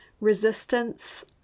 resistance